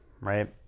right